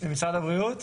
ממשרד הבריאות?